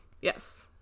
Yes